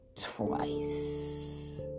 twice